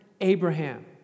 Abraham